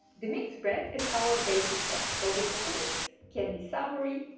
the mixed bread is our basic bread so the toppings can be savory,